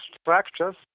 structures